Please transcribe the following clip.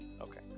Okay